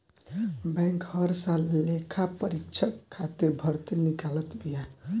bank हर साल लेखापरीक्षक खातिर भर्ती निकालत बिया